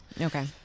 Okay